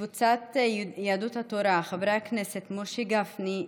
קבוצת סיעת יהדות התורה: חברי הכנסת משה גפני,